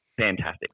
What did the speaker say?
Fantastic